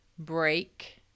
break